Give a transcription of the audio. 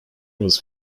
was